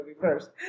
first